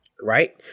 right